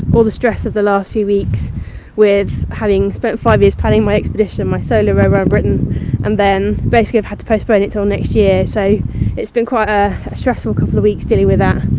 all the stress of the last few weeks with having spent five years planning my expedition, my solo row around britain and then, basically i've had to postpone it until next year, so its been quite a stressful couple of weeks dealing with that.